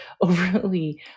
overly